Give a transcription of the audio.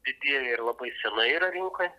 didieji ir labai senai yra rinkoj